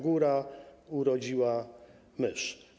Góra urodziła mysz.